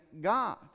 God